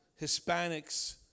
Hispanics